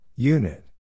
Unit